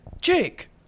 Jake